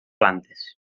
plantes